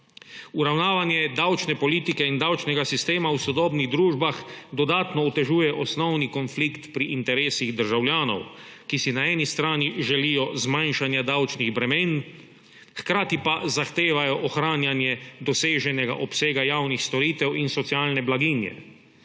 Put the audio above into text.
Uravnavanje davčne politike in davčnega sistema v sodobnih družbah dodatno otežuje osnovni konflikt pri interesih državljanov, ki si na eni strani želijo zmanjšanja davčnih bremen, hkrati pa zahtevajo ohranjanje doseženega obsega javnih storitev in socialne blaginje.